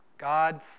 God